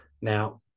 Now